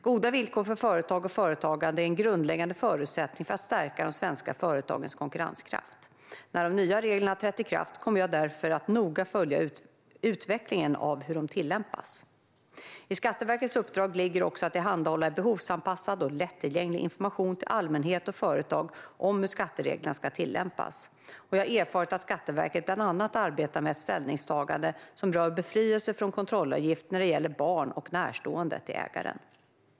Goda villkor för företag och företagande är en grundläggande förutsättning för att stärka de svenska företagens konkurrenskraft. När de nya reglerna har trätt i kraft kommer jag därför att noga följa utvecklingen av hur de tillämpas. I Skatteverkets uppdrag ligger också att tillhandahålla en behovsanpassad och lättillgänglig information till allmänhet och företag om hur skattereglerna ska tillämpas. Jag har erfarit att Skatteverket bland annat arbetar med ett ställningstagande som rör befrielse från kontrollavgift när det gäller barn och närstående till ägaren.